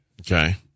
Okay